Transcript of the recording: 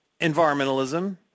environmentalism